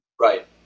Right